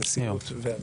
הנשיאות והוועדה.